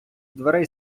дверей